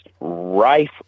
rife